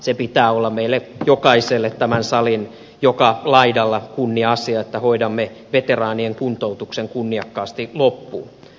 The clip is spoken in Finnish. sen pitää olla meille jokaiselle tämän salin joka laidalla kunnia asia että hoidamme veteraanien kuntoutuksen kunniakkaasti loppuun